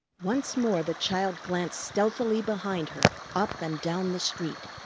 once more the child glanced stealthily behind her, up and down the street.